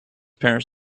parents